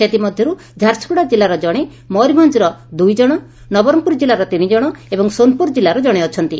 ସେଥି ମଧ୍ଧରୁ ଝାରସୁଗୁଡ଼ା ଜିଲ୍ଲାରେ ଜଣେ ଭୟରଭଞାରେ ଦୁଇଜଶ ନବରଙ୍ଗପୁର ଜିଲ୍ଲାର ତିନି ଜଣ ଏବଂ ସୋନପୁର ଜିଲ୍ଲାର ଜଣେ ଅଛନ୍ତି